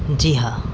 جی ہاں